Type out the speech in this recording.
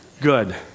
Good